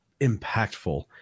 impactful